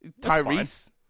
Tyrese